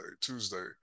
Tuesday